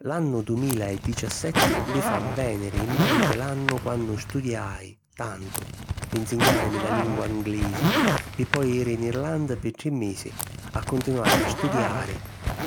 L'annu dumila e dicissetti mi fa vèniri in menti l'annu quannu studiai tantu pi nsignàrimi la lingua nglisi pi poi iri in Irlanda pi tri misi a continuari a studiari